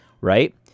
right